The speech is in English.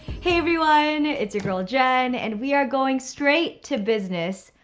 hey everyone, it's your girl jenn and we are going straight to business,